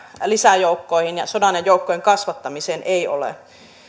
lisäjoukkoihin ja sodanajan joukkojen kasvattamiseen ei ole